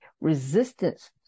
resistance